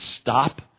stop